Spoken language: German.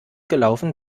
gelaufen